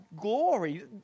glory